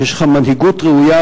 שיש לך מנהיגות ראויה,